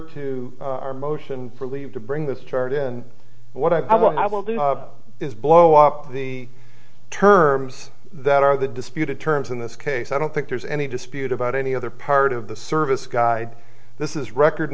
to our motion for leave to bring this chart in what i want i will do is blow up the terms that are the disputed terms in this case i don't think there's any dispute about any other part of the service guide this is record